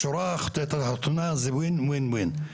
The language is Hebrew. בשורה תחתונה זה win win win.